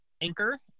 Anchor